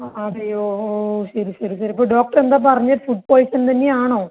ആഹ് അതെയോ ഓഹ് ശരി ശരി ശരി ഇപ്പം ഡോക്ടർ എന്താ പറഞ്ഞത് ഫുഡ്ഡ് പോയ്സൺ തന്നെ ആണോ